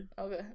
Okay